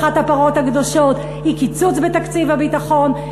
אחת הפרות הקדושות היא קיצוץ בתקציב הביטחון.